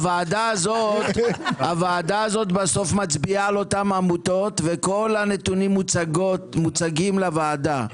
הוועדה הזאת בסוף מצביעה על אותן עמותות וכל הנתונים מוצגים לוועדה.